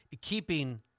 keeping